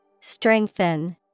Strengthen